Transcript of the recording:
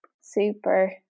super